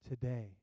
today